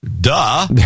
Duh